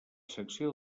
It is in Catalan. secció